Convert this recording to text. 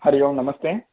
हरिः ओं नमस्ते